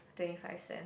twenty five cents